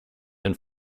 and